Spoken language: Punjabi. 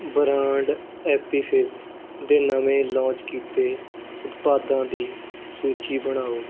ਬ੍ਰਾਂਡ ਐਪੀ ਫਿਜ਼ ਦੇ ਨਵੇਂ ਲੋਂਚ ਕੀਤੇ ਉਤਪਾਦਾਂ ਦੀ ਸੂਚੀ ਬਣਾਓ